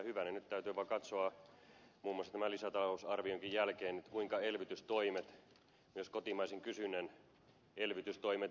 nyt täytyy vaan katsoa muun muassa tämän lisätalousarvionkin jälkeen kuinka elvytystoimet myös kotimaisen kysynnän elvytystoimet purevat